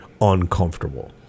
uncomfortable